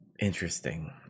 Interesting